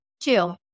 Two